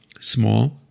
Small